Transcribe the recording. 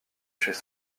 chez